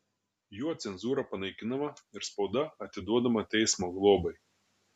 juo cenzūra panaikinama ir spauda atiduodama teismo globai